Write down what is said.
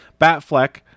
Batfleck